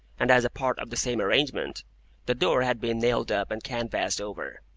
and as a part of the same arrangement the door had been nailed up and canvased over.